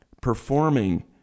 performing